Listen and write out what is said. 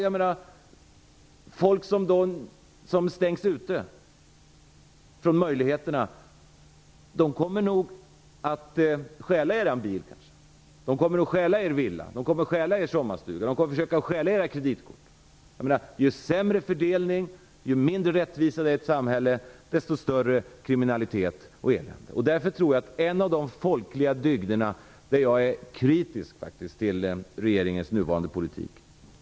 Jag menar att människor som stängs ute från möjligheterna nog kommer att stjäla er bil, de kommer att stjäla er villa, de kommer att stjäla er sommarstuga, de kommer att försöka stjäla era kreditkort. Ju sämre fördelning, ju mindre rättvisa det är i ett samhälle, desto större kriminalitet och elände. Jag är faktiskt kritisk till regeringens nuvarande politik när det gäller en av de folkliga dygderna.